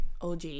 og